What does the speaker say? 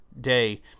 day